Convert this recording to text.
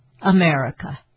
America